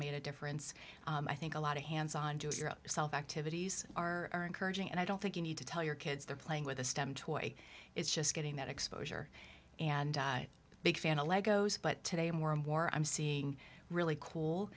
made a difference i think a lot of hands on to your self activities are encouraging and i don't think you need to tell your kids they're playing with a stem toy it's just getting that exposure and big fan a lego set but today more and more i'm seeing really cool